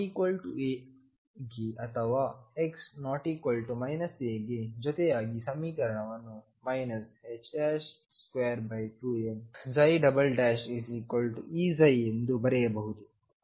x≠aಗೆ ಅಥವಾ x≠ aಗೆ ಜೊತೆಯಾಗಿ ಸಮೀಕರಣವನ್ನು 22mEψ ಎಂದು ಬರೆಯಬಹುದು